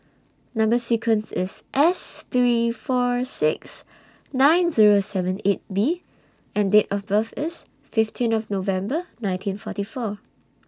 Number sequence IS S three four six nine Zero seven eight B and Date of birth IS fifteen of November nineteen forty four